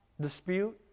Dispute